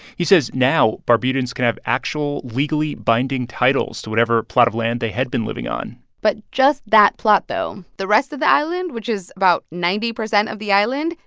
he says now barbudans can have actual legally binding titles to whatever plot of land they had been living on but just that plot, though. the rest of the island, which is about ninety percent of the island,